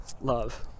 love